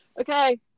Okay